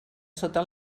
sota